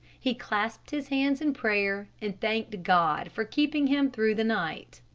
he clasped his hands in prayer and thanked god for keeping him through the night.